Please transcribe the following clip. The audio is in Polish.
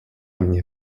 mnie